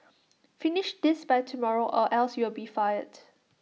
finish this by tomorrow or else you'll be fired